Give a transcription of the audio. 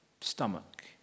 stomach